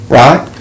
right